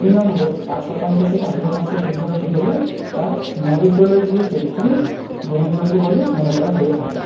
এই নম্বর ষাট শতাংশ থেকে আশি শতাংশ পর্যন্ত হলে তা মহাবিদ্যালয়গুলির ক্ষেত্রে গ্রহণযোগ্য বলে মনে করা হয়ে থাকে